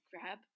grab